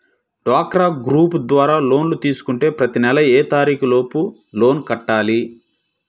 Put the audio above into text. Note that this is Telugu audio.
డ్వాక్రా గ్రూప్ ద్వారా లోన్ తీసుకుంటే ప్రతి నెల ఏ తారీకు లోపు లోన్ కట్టాలి?